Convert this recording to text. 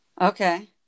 Okay